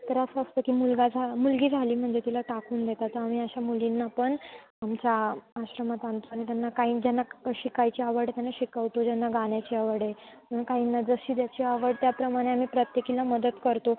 तर असं असतं की मुलगा झा मुलगी झाली म्हणजे तिला टाकून देतात तर आम्ही अशा मुलींना पण आमच्या आश्रमात आणतो आणि त्यांना काही ज्यांना क शिकायची आवड आहे त्यांना शिकवतो ज्यांना गाण्याची आवड आहे काहींना जशी ज्याची आवड त्याप्रमाणे आम्ही प्रत्येकीला मदत करतो